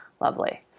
Lovely